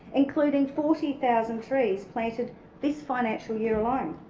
including forty thousand trees planted this financial year alone.